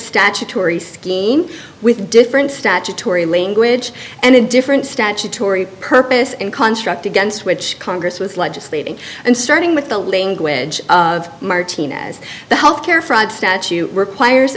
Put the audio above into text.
statutory scheme with different statutory language and different statutory perp yes and construct against which congress with legislating and starting with the language of martinez the health care fraud statute requires